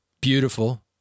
beautiful